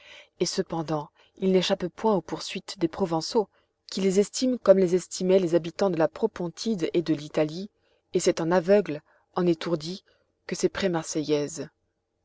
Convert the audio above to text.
et cependant ils n'échappent point aux poursuites des provençaux qui les estiment comme les estimaient les habitants de la propontide et de l'italie et c'est en aveugles en étourdis que ces